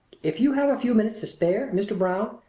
if you have a few minutes to spare, mr. brown,